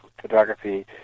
photography